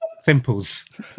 simples